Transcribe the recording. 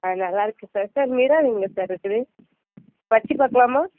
ஆ நல்லா இருக்குது sir sir mirror எங்கே சார் இருக்குது வச்சிப்பார்க்கலாமா